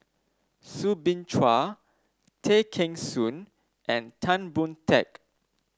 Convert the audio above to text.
Soo Bin Chua Tay Kheng Soon and Tan Boon Teik